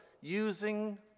using